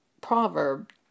proverb